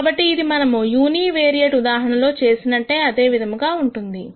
కాబట్టి ఇది మనము యూనివేరియేట్ ఉదాహరణలో చేసినట్టే అదే విధముగా ఉన్నది